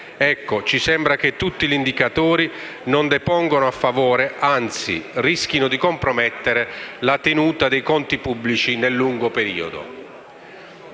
Ci sembra allora che tutti gli indicatori non depongano a favore, anzi rischino di compromettere la tenuta dei conti pubblici nel lungo periodo,